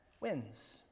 wins